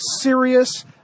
serious